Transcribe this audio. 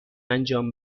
انجام